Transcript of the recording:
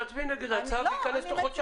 תצביעי נגד ההצעה וזה ייכנס תוך חודשיים.